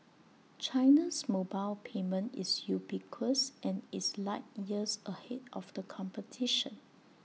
China's mobile payment is ubiquitous and is light years ahead of the competition